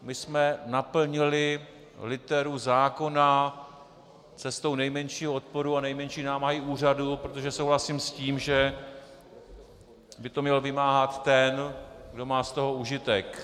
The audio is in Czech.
My jsme naplnili literu zákona cestou nejmenšího odporu a nejmenší námahy úřadu, protože souhlasím s tím, že by to měl vymáhat ten, kdo má z toho užitek.